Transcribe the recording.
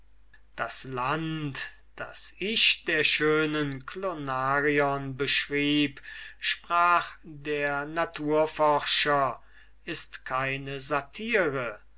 das land das ich der schönen klonarion beschrieb sprach der naturforscher ist keine satyre